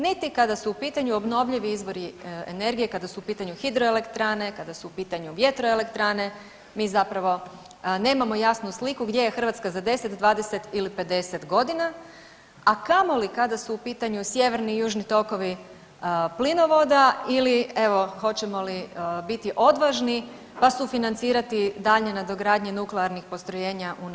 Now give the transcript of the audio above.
Niti kada su u pitanju obnovljivi izvori energije, kada su u pitanju hidroelektrane, kada su u pitanju vjetroelektrane, mi zapravo nemamo jasnu sliku gdje je Hrvatska za 10, 20 ili 50 godina, a kamoli kada su u pitanju sjeverni i južni tokovi plinovoda ili, evo, hoćemo li biti odvažni pa sufinancirati daljnje nadogradnje nuklearnih postrojenja u našem okruženju.